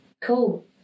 Cool